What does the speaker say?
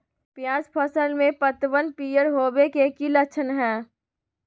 प्याज फसल में पतबन पियर होवे के की लक्षण हय?